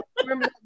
Remember